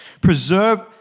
Preserve